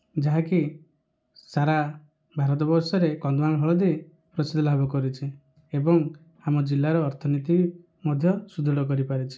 ଯାହାକି ସାରା ଭାରତବର୍ଷରେ କନ୍ଧମାଳ ହଳଦୀ ପ୍ରସିଦ୍ଧି ଲାଭ କରିଛି ଏବଂ ଆମ ଜିଲ୍ଲାର ଅର୍ଥନୀତି ମଧ୍ୟ ସୁଦୃଢ କରିପାରିଛି